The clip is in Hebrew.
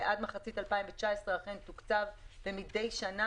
ועד מחצית 2019 זה אכן תוקצב ומדי שנה